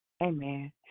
Amen